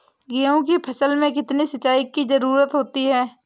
गेहूँ की फसल में कितनी सिंचाई की जरूरत होती है?